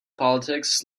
politics